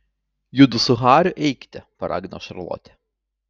judu su hariu eikite paragino šarlotė